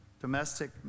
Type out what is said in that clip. domestic